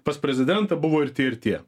pas prezidentą buvo ir tie ir tie